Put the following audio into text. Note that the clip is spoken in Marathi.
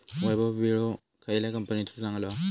वैभव विळो खयल्या कंपनीचो चांगलो हा?